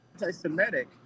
Anti-Semitic